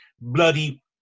bloody